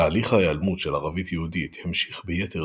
תהליך ההיעלמות של ערבית יהודית המשיך ביתר